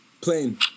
Plain